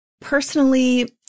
Personally